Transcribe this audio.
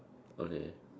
okay